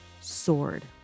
soared